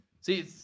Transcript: see